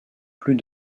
plus